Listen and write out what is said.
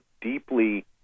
deeply